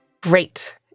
Great